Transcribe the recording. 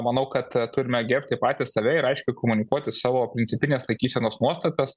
manau kad turime gerbti patys save ir aiškiai komunikuoti savo principines laikysenos nuostatas